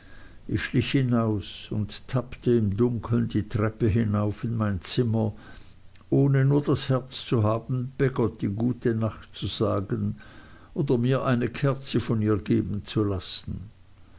ich schlich hinaus und tappte im dunkeln die treppe hinauf in mein zimmer ohne nur das herz zu haben peggotty gute nacht zu sagen oder mir eine kerze von ihr geben zu lassen